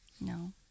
No